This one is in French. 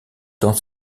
dans